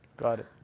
got it.